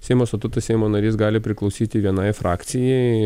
seimo statutą seimo narys gali priklausyti vienai frakcijai